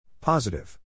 Positive